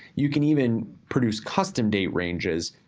you can even produce custom date ranges,